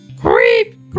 Creep